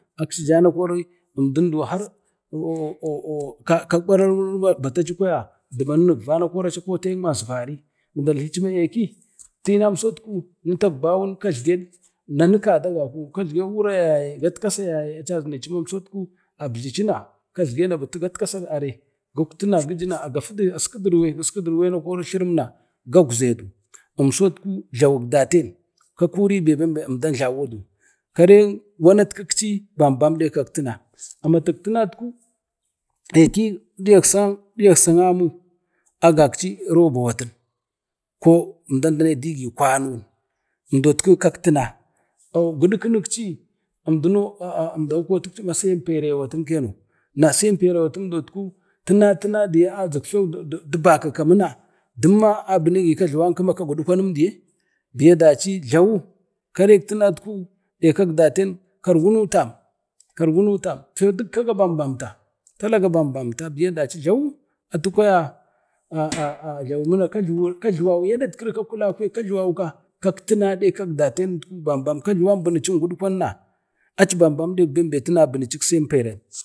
akci jana kori emdu duwo har kak ɓaramunu bataci kwaya dumanu efvana kori a aci akoteyim mazvari na dalhi ma akia tinansoku nutabgu awun kajlage nanu kada gaku katlegen gatkasa raye wuraya yaye dazinii ma umchet ku ajidina gas kin irwe kori tlərem na gaskudurwen, keskudu erwanna kori tlalamin na gakzedu imsot ku jlawuk daten ka kuribe umdau jlauwudu, kare wanaktikci bam bam ne kak tina amatuk tunatku jluwuk datan ka kuribe emdan jlawudu karen wanatkekci bambam dak kak tina aki amatik tina aki ɗiyaksa amu agakci robawatin ko emdan dane digi kwano bam bam ne kak tina amatuk tunat ku aki diyaksa amu agakci robawatun ko mdau danedigi kwanon umdot ka kak tina, giɗigamonci umdəno aa umdau kotikci ma samperenwetin keno na samperewatin tintin deya azu few dubaka muna duma a bumegi kajluwan kuma ka gudkwamen deyee biya daci jlawu karek tunat ku dek kak daten kargunu tam kargunu tam few dukka ga bambamtau- tala ga bam bamta biya daci jlawu. atu kwaya aaa kajluwa wiye adetkiri ka kulukwaye kajluwawka ka kak tuna ne kak daten nutku bambam kajluwan bunacin gukkwanna aci bambam duk bembe bunaci samperam.